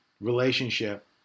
relationship